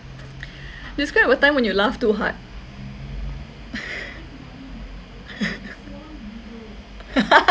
describe a time when you laughed too hard